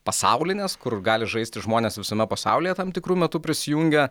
pasaulinės kur gali žaisti žmonės visame pasaulyje tam tikru metu prisijungę